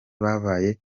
babaye